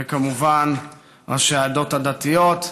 וכמובן ראשי העדות הדתיות,